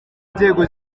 nzego